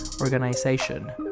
organization